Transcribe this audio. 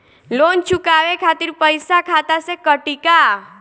Loan चुकावे खातिर पईसा खाता से कटी का?